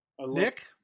Nick